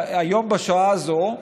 היום, בשעה הזאת,